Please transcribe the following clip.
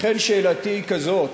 לכן, שאלתי היא כזאת: